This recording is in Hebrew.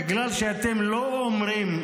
בגלל שאתם לא אומרים,